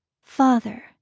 Father